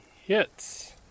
hits